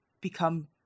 become